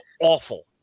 awful